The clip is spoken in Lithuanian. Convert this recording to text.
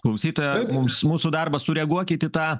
klausytoja mums mūsų darbas sureaguokit į tą